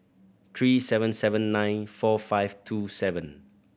three seven seven nine four five two seven